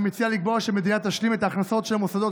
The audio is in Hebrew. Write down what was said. אני מציע לקבוע שהמדינה תשלים את ההכנסות של המוסדות,